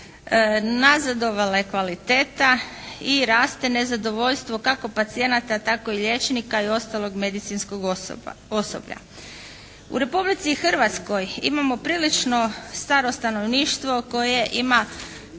Nazadovala je kvaliteta i raste nezadovoljstvo kako pacijenata tako i liječnika i ostalog medicinskog osoblja. U Republici Hrvatskoj imamo prilično staro stanovništvo koje ima